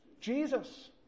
Jesus